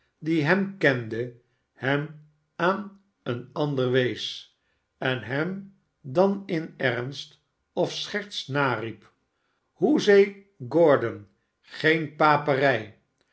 die hem kende hem aan een ander wees en hem dan in ernst of scherts nariep shoezee gordon geen papenj